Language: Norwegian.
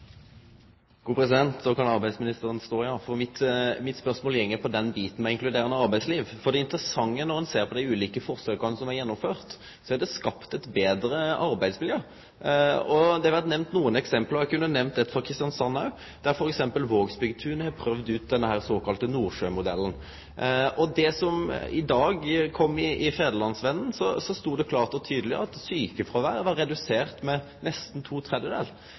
Då kan arbeidsministeren stå, for mitt spørsmål går på den biten som gjeld inkluderande arbeidsliv. Det interessante når ein ser på dei ulike forsøka som er gjennomførte, er at det er skapt eit betre arbeidsmiljø. Det har vore nemnt nokre eksempel. Eg kunne nemnt eit eksempel frå Kristiansand òg. Vågsbygdtunet har prøvt ut den såkalla Nordsjømodellen. I Fædrelandsvennen stod det i dag klart og tydeleg at sjukefråveret var redusert med nesten to